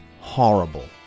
horrible